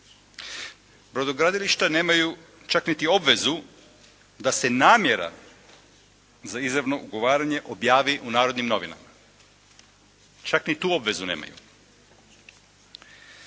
Brodogradilišta nemaju čak niti obvezu da se namjera za izravno ugovaranje objavi u “Narodnim novinama“. Čak ni tu obvezu nemaju.